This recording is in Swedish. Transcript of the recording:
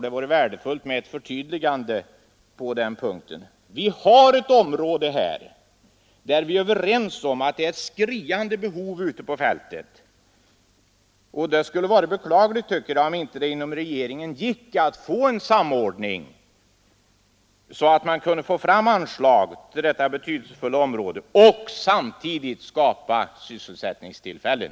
Det vore värdefullt med ett förtydligande på den punkten. Vi är överens om att behovet på detta område är skriande, och det skulle vara beklagligt om det inte gick att få en samordning så att man kan få fram anslag på detta betydelsefulla område och samtidigt skapa sysselsättningstillfällen.